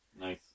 Nice